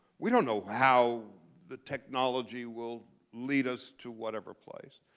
we don't know how the technology will lead us to whatever place.